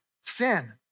sin